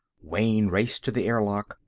wayne raced to the airlock.